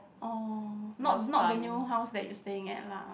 orh not not the new house that you staying at lah